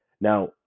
Now